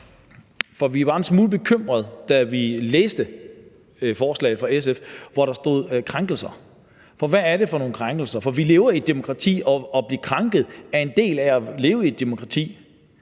Vi blev en smule bekymret, da vi læste forslaget fra SF, hvor der står krænkelser, for hvad er det for nogle krænkelser? Vi lever i et demokrati, og det at blive krænket er en del af det at leve i et demokrati.